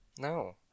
No